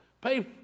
Pay